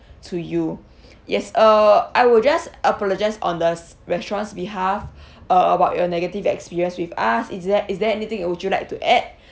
to you yes uh I will just apologise on the restaurant's behalf uh about your negative experience with us is there is there anything would you like to add